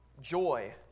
joy